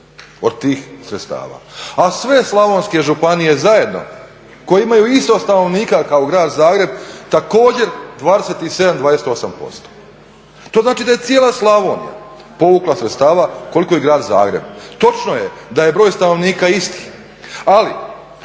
od tih sredstava a sve slavonske županije zajedno koje imaju isto stanovnika kao grad Zagreb također 27, 28%. To znači da je cijela Slavonija povukla sredstava koliko i grad Zagreb. Točno je da je broj stanovnika isti ali